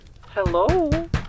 Hello